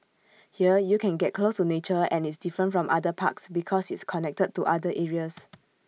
here you can get close to nature and it's different from other parks because it's connected to other areas